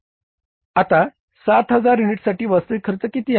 आता 7000 युनिट्ससाठी वास्तविक खर्च किती आहे